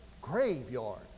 graveyard